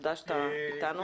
תודה שאתה אתנו.